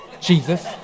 Jesus